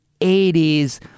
80s